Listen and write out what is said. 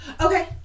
Okay